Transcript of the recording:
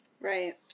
Right